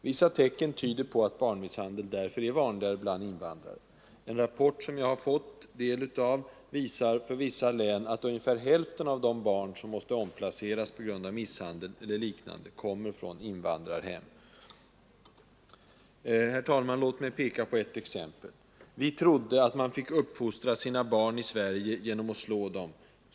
Vissa tecken tyder på att barnmisshandel därför är vanligare bland invandrare. En rapport, som jag har fått del av, visar för vissa län att ungefär hälften av de barn, som måste omplaceras på grund av barnmisshandel eller liknande, kommer från invandrarhem. Herr talman! Låt mig peka på ett exempel. ”Vi trodde att man fick uppfostra sina barn i Sverige genom att slå dem.